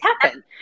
happen